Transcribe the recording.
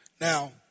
Now